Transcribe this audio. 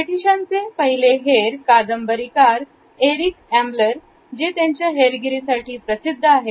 ब्रिटिशांचे पहिले हेर कादंबरीकार एरिक आमब्लर जे त्यांच्या हेरगिरीसाठी प्रसिद्ध आहेत